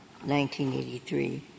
1983